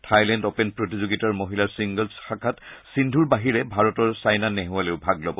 Thailand open প্ৰতিযোগিতাৰ মহিলাৰ singles শাখাত সিন্ধূৰ বাহিৰে ভাৰতৰ চাইনা নেহোৱালেও ভাগ ল'ব